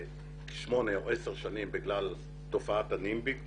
שמונה או עשר שנים בגלל תופעת הנימבי.